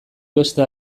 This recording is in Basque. beste